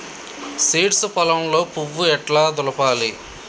Seeds పొలంలో పువ్వు ఎట్లా దులపాలి?